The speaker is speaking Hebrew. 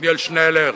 עתניאל שנלר,